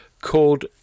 called